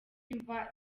imva